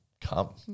come